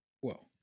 Whoa